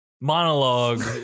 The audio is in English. monologue